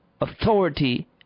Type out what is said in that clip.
authority